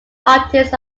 artist